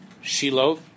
Shiloh